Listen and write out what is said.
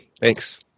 Thanks